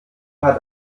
hat